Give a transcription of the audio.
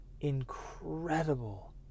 incredible